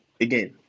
again